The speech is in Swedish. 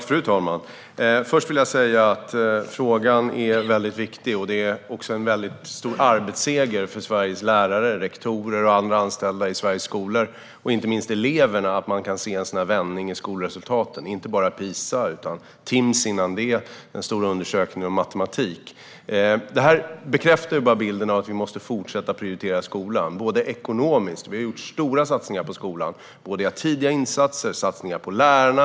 Fru talman! Först vill jag säga att frågan är väldigt viktig. Det är en väldigt stor arbetsseger för lärare, rektorer och andra anställda i Sveriges skolor och inte minst för eleverna att man kan se en sådan här vändning i skolresultaten. Det gäller inte bara PISA utan också TIMSS, den stora undersökningen om matematik. Det här bekräftar bilden av att vi måste fortsätta prioritera skolan, bland annat ekonomiskt. Vi har gjort stora satsningar på skolan. Det handlar om tidiga insatser och om satsningar på lärarna.